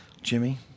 Jimmy